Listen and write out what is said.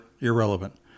irrelevant